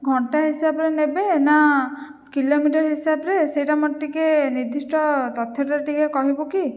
ଘଣ୍ଟା ହିସାବରେ ନେବେ ନା କିଲୋମିଟର ହିସାବରେ ସେଇଟା ମୋତେ ଟିକିଏ ନିର୍ଦ୍ଦିଷ୍ଟ ତଥ୍ୟଟା ଟିକିଏ କହିବୁ କି